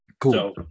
Cool